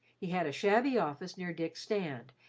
he had a shabby office near dick's stand,